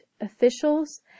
officials